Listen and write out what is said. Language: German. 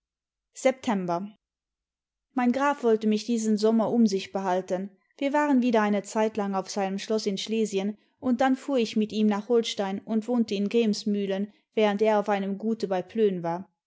mein graf wollte mich diesen sommer um sich behalten wir waren wieder eine zeitlang auf seinem schloß in schlesien und dann fuhr ich mit ihm nach holstein und wohnte in gremsmühlen während er auf einem gute bei plön war